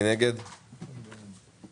אנחנו נמצאים כרגע בסכסוך עבודה בנושא